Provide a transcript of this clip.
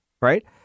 right